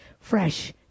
fresh